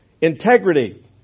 Integrity